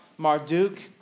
Marduk